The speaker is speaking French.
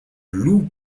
loue